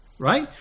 Right